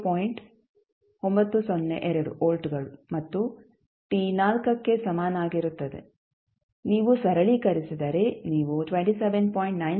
902 ವೋಲ್ಟ್ಗಳು ಮತ್ತು t 4 ಕ್ಕೆ ಸಮನಾಗಿರುತ್ತದೆ ನೀವು ಸರಳೀಕರಿಸಿದರೆ ನೀವು 27